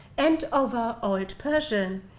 and over old persian,